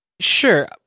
Sure